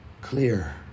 clear